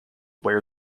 wear